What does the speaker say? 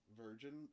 virgin